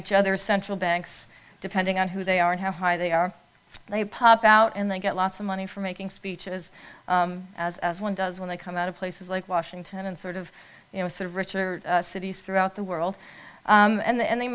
each other central banks depending on who they are how high they are they pop out and they get lots of money for making speeches as as one does when they come out of places like washington and sort of you know sort of richer cities throughout the world and they man